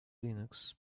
linux